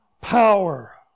power